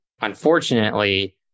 unfortunately